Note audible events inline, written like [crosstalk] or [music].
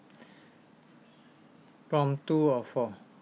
[breath] prompt two or four